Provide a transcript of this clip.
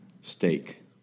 Steak